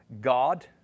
God